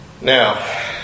Now